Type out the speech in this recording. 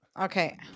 Okay